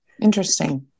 Interesting